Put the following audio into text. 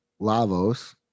Lavos